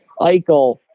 Eichel